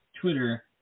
Twitter